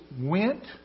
went